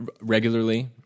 regularly